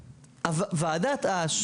המלצתה של ועדת אש